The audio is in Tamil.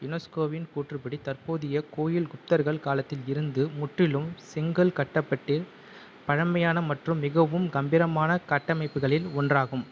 யுனெஸ்கோவின் கூற்றுப்படி தற்போதைய கோவில் குப்தர்கள் காலத்தில் இருந்து முற்றிலும் செங்கல் கட்டப்பட்டே பழமையான மற்றும் மிகவும் கம்பீரமான கட்டமைப்புகளில் ஒன்றாகும்